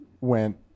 went